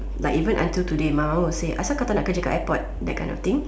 like even until today my mom will say apa pasal kau tak nak kerja dekat airport that kind of thing